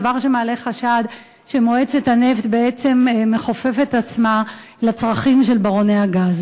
דבר שמעלה חשד שמועצת הנפט מכופפת עצמה לצרכים של ברוני הגז.